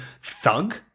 thug